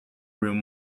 room